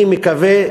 אני מקווה,